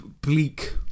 bleak